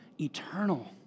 eternal